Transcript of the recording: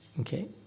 Okay